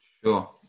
Sure